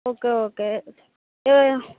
okay okay A